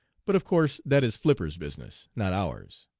but of course that is flipper's business not ours.